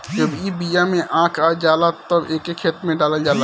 जब ई बिया में आँख आ जाला तब एके खेते में डालल जाला